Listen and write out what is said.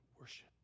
worship